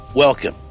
Welcome